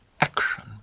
action